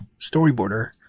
Storyboarder